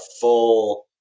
full